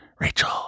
Rachel